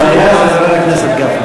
חבר הכנסת גפני.